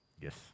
Yes